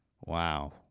Wow